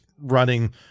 running